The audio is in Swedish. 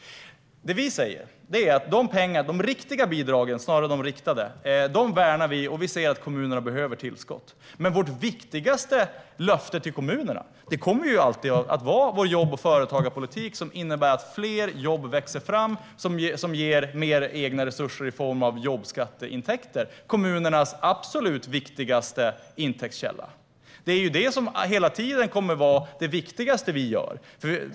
Det vi säger är att vi värnar de riktiga bidragen, snarare än de riktade, och vi ser att kommunerna behöver tillskott. Men vårt viktigaste löfte till kommunerna kommer alltid att vara vår jobb och företagarpolitik som innebär att fler jobb växer fram, vilket ger mer egna resurser i form av jobbskatteintäkter - kommunernas absolut viktigaste intäktskälla. Det är detta som hela tiden kommer att vara det viktigaste vi gör.